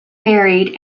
varied